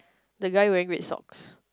the guy wearing red socks